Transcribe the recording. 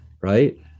Right